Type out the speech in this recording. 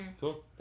cool